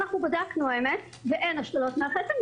אנחנו בדקנו האמת ואין השתלות מח עצם.